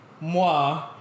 moi